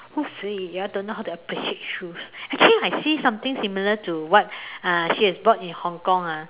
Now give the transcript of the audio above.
who say you all don't know how to appreciate shoes actually I see something similar to what uh should have bought in Hong-Kong ah